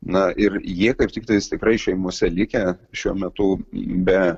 na ir jie kaip tik tais tikrai šeimose likę šiuo metu be